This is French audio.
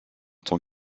tant